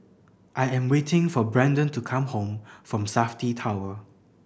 I am waiting for Branden to come home from Safti Tower